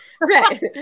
right